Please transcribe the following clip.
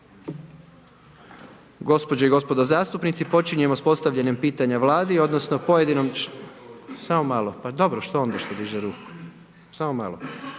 Gospođo i gospodo zastupnici, počinjemo s postavljanim pitanjem vladi, odnosno, pojedinom, samo malo, pa dobro, što onda što diže ruku, samo malo,